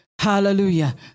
Hallelujah